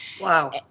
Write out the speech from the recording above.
Wow